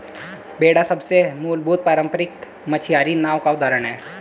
बेड़ा सबसे मूलभूत पारम्परिक मछियारी नाव का उदाहरण है